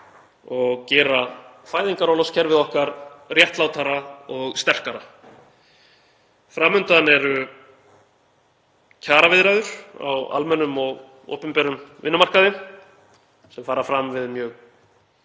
og gera fæðingarorlofskerfið okkar réttlátara og sterkara. Fram undan eru kjaraviðræður á almennum og opinberum vinnumarkaði sem fara fram við mjög